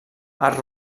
art